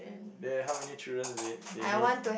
the how many children they they need